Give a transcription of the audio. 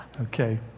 Okay